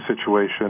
situation